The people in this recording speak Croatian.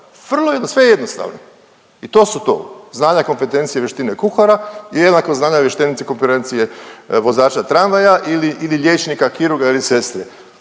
sve jednostavno i to su, znanja, kompetencije i vještine kuhara i jednako znanje, .../Govornik se ne razumije./... vozača tramvaja ili liječnika kirurga ili sestre.